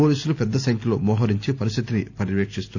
పోలీసులు పెద్ద సంఖ్యలో మొహరించి పరిస్థితిని పర్యవేక్షిస్తున్నారు